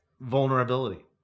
vulnerability